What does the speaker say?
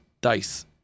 dice